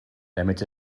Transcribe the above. damit